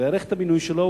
והאריך את המינוי שלו.